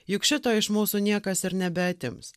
juk šito iš mūsų niekas ir nebeatims